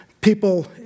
people